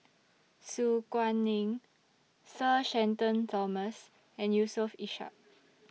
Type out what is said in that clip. Su Guaning Sir Shenton Thomas and Yusof Ishak